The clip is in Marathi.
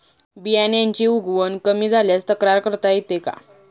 बियाण्यांची उगवण कमी झाल्यास तक्रार करता येते का?